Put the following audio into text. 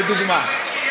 לדוגמה,